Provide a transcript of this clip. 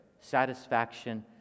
satisfaction